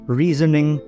reasoning